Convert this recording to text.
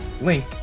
link